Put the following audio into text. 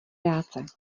práce